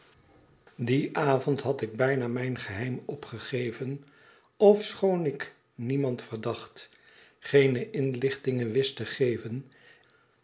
dien avond had ik bijna mijn geheim opgegeven ofschoon ik niemand verdacht geene inlichtingen wist te geven